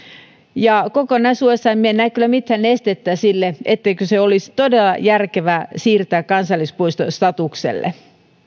kokonaisuudessaan minä en näe kyllä mitään estettä sille etteikö sitä olisi todella järkevää siirtää kansallispuistostatukselle